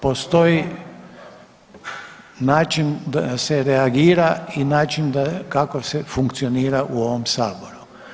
Postoji način da se reagira i način kako se funkcionira u ovom Saboru.